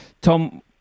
Tom